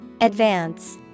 Advance